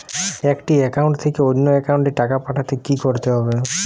একটি একাউন্ট থেকে অন্য একাউন্টে টাকা পাঠাতে কি করতে হবে?